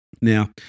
Now